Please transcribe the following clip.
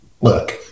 look